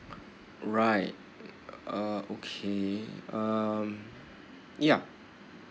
alright uh okay um ya